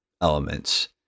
elements